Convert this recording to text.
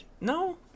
No